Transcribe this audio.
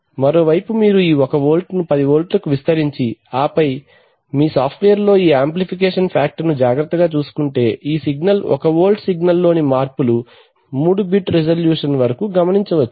మరోవైపు మీరు ఈ 1 వోల్ట్ను 10 వోల్ట్కు విస్తరించి ఆపై మీ సాఫ్ట్వేర్లో ఈ యాంప్లిఫికేషన్ ఫాక్టర్ ను జాగ్రత్తగా చూసుకుంటే ఈ సిగ్నల్ ఈ ఒక వోల్ట్ సిగ్నల్ లోని మార్పులు 3 బిట్ రిజల్యూషన్ వరకు గమనించవచ్చు